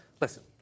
listen